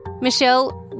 Michelle